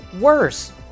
worse